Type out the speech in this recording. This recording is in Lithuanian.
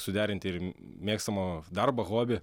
suderinti mėgstamo darbo hobį